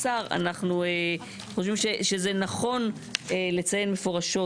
לשר זה נכון לציין מפורשות,